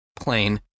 plain